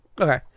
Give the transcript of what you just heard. Okay